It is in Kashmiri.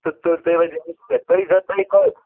تہٕ تُل تُہۍ وٲتۍ زیٚو